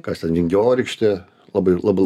kas ten vingiorykštė labai labai